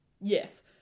Yes